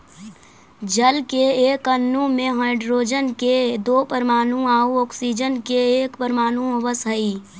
जल के एक अणु में हाइड्रोजन के दो परमाणु आउ ऑक्सीजन के एक परमाणु होवऽ हई